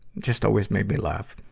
just always made me laugh.